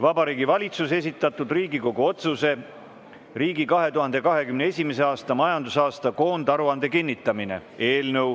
Vabariigi Valitsuse esitatud Riigikogu otsuse "Riigi 2021. aasta majandusaasta koondaruande kinnitamine" eelnõu